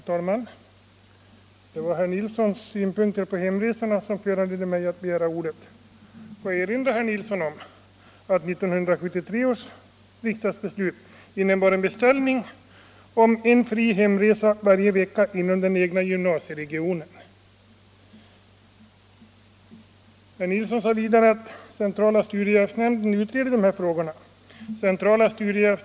Herr talman! Det var herr Nilssons i Norrköping synpunkter på hemresorna som föranledde mig att begära ordet. Får jag erinra herr Nilsson om att 1973 års riksdagsbeslut innebar en beställning av ett förslag om en fri hemresa varje vecka inom den egna gymnasieregionen. Herr Nilsson sade att centrala studiestödsnämnden utreder dessa frågor.